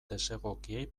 desegokiei